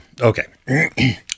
okay